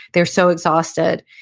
they're so exhausted,